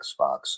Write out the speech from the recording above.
Xbox